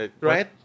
Right